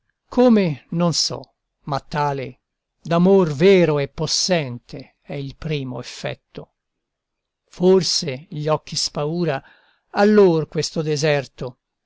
come non so ma tale d'amor vero e possente è il primo effetto forse gli occhi spaura allor questo deserto